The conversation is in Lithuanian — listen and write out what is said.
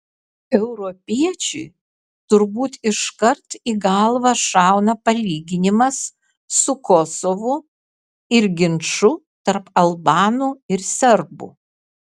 europiečiui turbūt iškart į galvą šauna palyginimas su kosovu ir ginču tarp albanų ir serbų